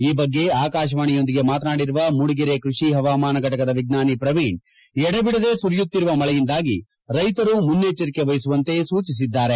ಈ ಬಗ್ಗೆ ಆಕಾಶವಾಣಿಯೊಂದಿಗೆ ಮಾತನಾಡಿರುವ ಮೂಡಿಗೆರೆ ಕೃಷಿ ಪವಾಮಾನ ಘಟಕದ ಎಜ್ಜಾನಿ ಪ್ರವೀಣ್ ಎಡಬಿಡದೆ ಸುರಿಯುತ್ತಿರುವ ಮಳೆಯಂದಾಗಿ ರೈತರು ಮುನ್ನೆಜ್ಜಂಕೆ ವಹಿಸುವಂತೆ ಸೂಚಿಸಿದ್ದಾರೆ